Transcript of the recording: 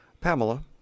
Pamela